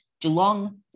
Geelong